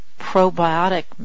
probiotic